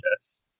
Yes